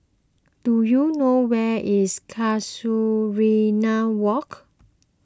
do you know where is Casuarina Walk